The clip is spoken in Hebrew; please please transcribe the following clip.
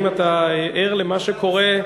אם אתה ער למה שקורה,